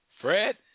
Fred